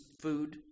food